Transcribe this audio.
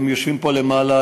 הם יושבים פה למעלה,